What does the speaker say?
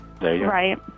Right